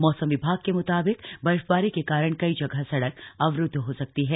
मौसम विभाग के मुताबिक बर्फबारी के कारण कई जगह सड़क अवरुद्ध हो सकती है